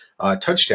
touchdown